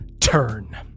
turn